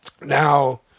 Now